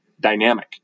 dynamic